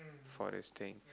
for this thing